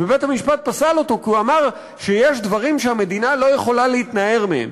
ובית-המשפט פסל אותו כי הוא אמר שיש דברים שהמדינה לא יכולה להתנער מהם.